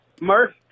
Murph